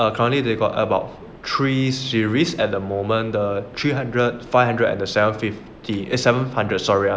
err currently they got about three series at the moment the three hundred five hundred and the fifty seven hundred sorry ah